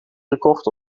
gekocht